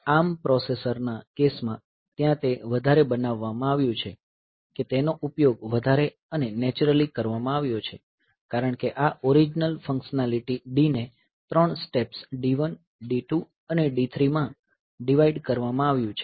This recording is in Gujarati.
ARM પ્રોસેસરના કેસ માં ત્યાં તે વધારે બનાવવામાં આવ્યું છે કે તેનો ઉપયોગ વધારે અને નેચરલી કરવામાં આવ્યો છે કારણ કે આ ઓરીજીનલ ફંક્શનાલીટી D ને 3 સ્ટેપ્સ D1 D2 અને D3 માં ડિવાઈડ કરવામાં આવ્યું છે